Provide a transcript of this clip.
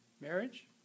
Marriage